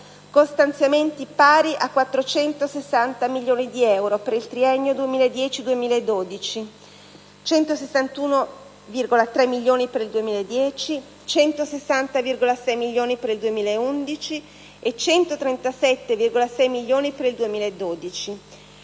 con stanziamenti pari a 460 milioni di euro per il triennio 2010-2012 (161,3 milioni per il 2010; 160,6 milioni per il 2011 e 137,6 milioni per il 2012).